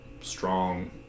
strong